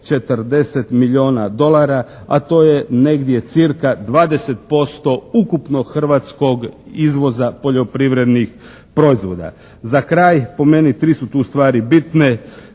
140 milijona dolara, a to je negdje cirka 20% ukupnog hrvatskog izvoza poljoprivrednih proizvoda. Za kraj, po meni tri su tu stvari bitne.